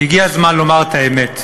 כי הגיע הזמן לומר את האמת: